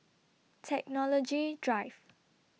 Technology Drive